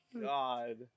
god